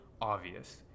obvious